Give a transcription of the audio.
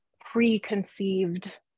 preconceived